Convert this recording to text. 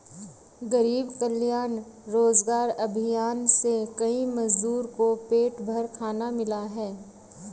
गरीब कल्याण रोजगार अभियान से कई मजदूर को पेट भर खाना मिला है